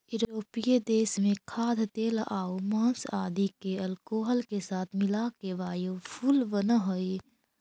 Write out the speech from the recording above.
यूरोपीय देश में खाद्यतेलआउ माँस आदि के अल्कोहल के साथ मिलाके बायोफ्यूल बनऽ हई